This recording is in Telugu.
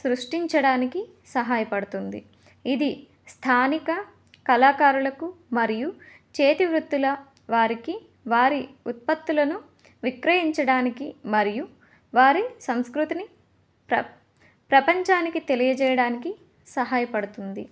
సృష్టించడానికి సహాయపడుతుంది ఇది స్థానిక కళాకారులకు మరియు చేతివృత్తుల వారికి వారి ఉత్పత్తులను విక్రయించడానికి మరియు వారి సంస్కృతిని ప్రపంచానికి తెలియజేయడానికి సహాయపడుతుంది